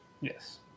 Yes